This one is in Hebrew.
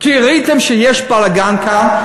כי ראיתם שיש בלגן כאן,